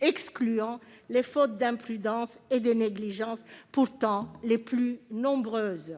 excluant les fautes d'imprudence et de négligence, pourtant les plus nombreuses.